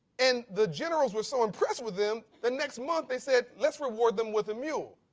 and the generals were so impressed with them, the next month they said let's reward them with the mules.